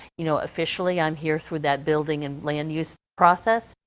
you know, officially i'm here for that building and land use process.